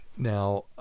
Now